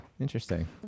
Interesting